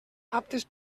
aptes